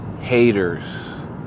haters